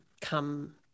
come